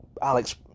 Alex